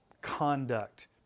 conduct